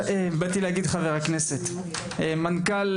בבקשה.